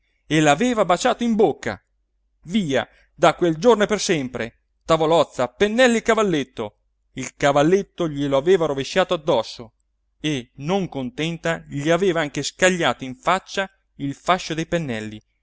e l'aveva baciata in bocca via da quel giorno e per sempre tavolozza pennelli e cavalletto il cavalletto glielo aveva rovesciato addosso e non contenta gli aveva anche scagliato in faccia il fascio dei pennelli